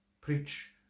Preach